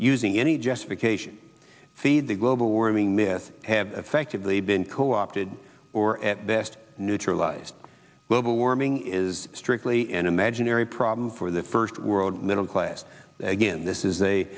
any justification feed the global warming myth have affected the been co opted or at best neutralized global warming is strictly an imaginary problem for the first world middle class again this is a